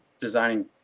designing